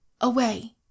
away